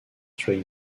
train